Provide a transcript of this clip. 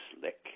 slick